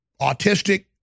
autistic